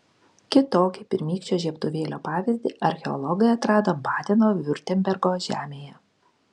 kitokį pirmykščio žiebtuvėlio pavyzdį archeologai atrado badeno viurtembergo žemėje